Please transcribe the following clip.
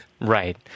Right